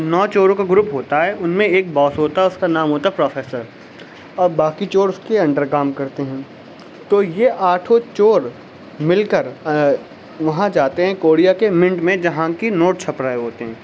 نو چوروں کا گروپ ہوتا ہے ان میں ایک باس ہوتا ہے اس کا نام ہوتا ہے پروفیسر اور باقی چور اس کے انڈر کام کرتے ہیں تو یہ آٹھوں چور مل کر وہاں جاتے ہیں کوریا کے منٹ میں جہاں کہ نوٹ چھپ رہے ہوتے ہیں